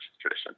tradition